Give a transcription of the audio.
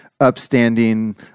upstanding